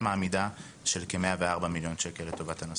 שהוועדה לתקצוב ותכנון מעמידה של כ-104 מיליון שקלים לטובת הנושא.